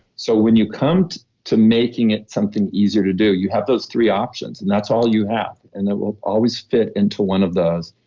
so when you come to to making it something easier to do, you have those three options, and that's all you have, and it will always fit into one of those.